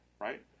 right